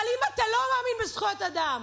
אבל אם אתה לא מאמין בזכויות אדם,